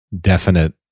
definite